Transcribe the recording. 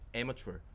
amateur